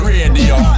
Radio